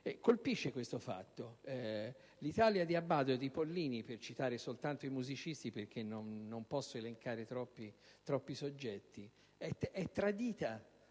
Colpisce questo fatto. L'Italia di Abbado e di Pollini, per citare soltanto dei musicisti (perché non posso elencare troppi soggetti), è tradita